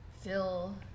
feel